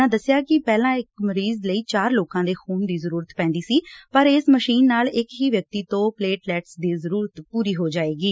ਉਨ੍ਹਾਂ ਦੱਸਿਆ ਕਿ ਪਹਿਲਾਂ ਇੱਕ ਮਰੀਜ ਲਈ ਚਾਰ ਲੋਕਾਂ ਦੇ ਖੁਨ ਦੀ ਜਰੂਰਤ ਪੈਂਦੀ ਸੀ ਪਰ ਇਸ ਮਸ਼ੀਨ ਨਾਲ ਇੱਕ ਹੀ ਵਿਅਕਤੀ ਤੋਂ ਪਲੇਟਲੈਟਸ ਦੀ ਲੋੜ ਪੂਰੀ ਹੋ ਜਾਵੇਗੀ